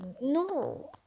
No